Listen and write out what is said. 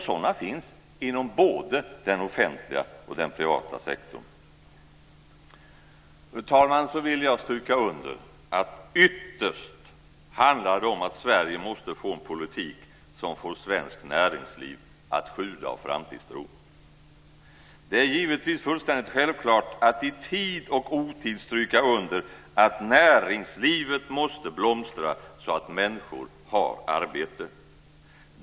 Sådana finns inom både den offentliga och den privata sektorn. Fru talman! Så vill jag stryka under att ytterst handlar det om att Sverige måste få en politik som får svenskt näringsliv att sjuda av framtidstro. Det är givetvis fullständigt självklart att i tid och otid stryka under att näringslivet måste blomstra så att människor har arbete.